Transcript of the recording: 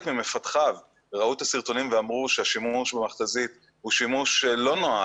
ממפתחיו ראו את הסרטונים ואמרו שהשימוש במכת"זית הוא שימוש שלא נועד,